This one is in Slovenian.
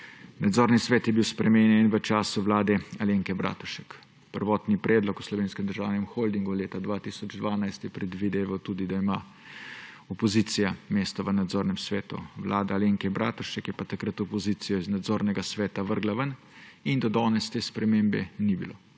Nadzorni svet je bil spremenjen v času vlade Alenke Bratušek. Prvotni predlog o Slovenskem državnem holdingu leta 2012 je predvideval tudi, da ima opozicija mesto v nadzornem svetu, vlada Alenke Bratušek je pa takratno opozicijo iz nadzornega sveta vrgla ven in do danes spremembe ni bilo.